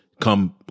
Come